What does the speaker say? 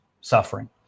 suffering